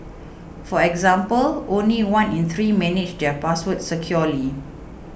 for example only one in three manage their passwords securely